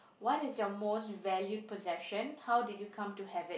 what is your most valued possession how did you come to have it